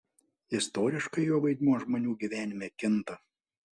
istoriškai jo vaidmuo žmonių gyvenime kinta